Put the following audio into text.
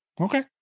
okay